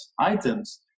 items